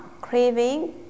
craving